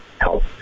help